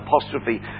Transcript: apostrophe